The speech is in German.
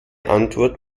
antwort